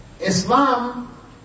Islam